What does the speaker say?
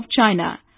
China